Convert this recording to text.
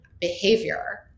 behavior